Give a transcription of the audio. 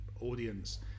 audience